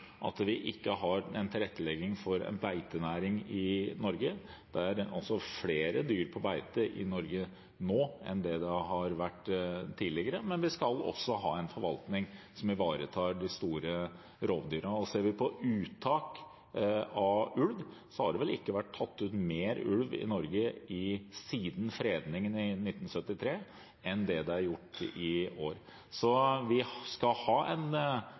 at vi ikke har tilrettelegging for en beitenæring i Norge. Det er flere dyr på beite i Norge nå enn det har vært tidligere. Men vi skal også ha en forvaltning som ivaretar de store rovdyrene. Ser vi på uttak av ulv, har det vel ikke vært tatt ut mer ulv i Norge siden fredningen i 1973 enn det som er gjort i år. Vi skal følge opp stortingsvedtak, vi skal følge opp lovverket, vi skal ha en